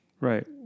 Right